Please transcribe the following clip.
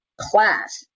class